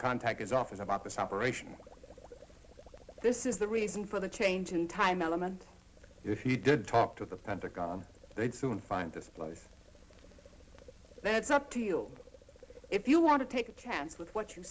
contact his office about this operation this is the reason for the change in time element if he did talk to the pentagon they'd soon find this place that's up to you if you want to take a chance with what you